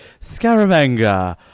Scaramanga